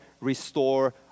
restore